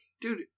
Dude